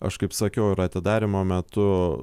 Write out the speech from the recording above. aš kaip sakiau ir atidarymo metu